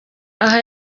aha